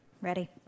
Ready